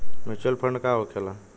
Mutual fund का होखेला?